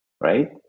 right